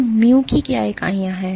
तोmu की क्या इकाइयाँ है